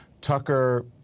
Tucker